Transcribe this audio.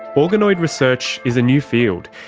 organoid research is a new field,